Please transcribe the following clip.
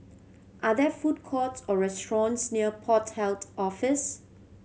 are there food court or restaurants near Port Health Office